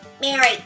Mary